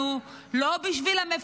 לא בשביל הלוחמים הגיבורים שלנו,